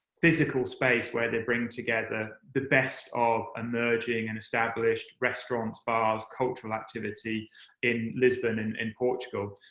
physical space where they bring together the best of emerging and established restaurants, bars, cultural activity in lisbon and in portugal.